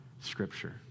scripture